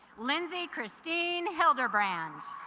lindsay christine hilderbrand